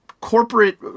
corporate